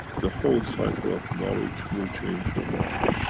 the whole cycle of knowledge will change from now and